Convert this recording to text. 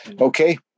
okay